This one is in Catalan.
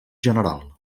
general